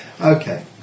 Okay